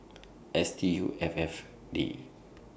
Stuff'd